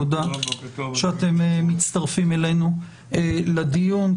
תודה שאתם מצטרפים אלינו לדיון.